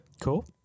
cool